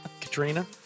Katrina